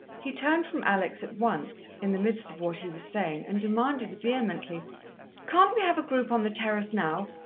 he turned from alex at once, in the midst of what he was saying, and demanded vehemently can't we have a group on the terrace now?